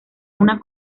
una